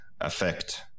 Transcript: affect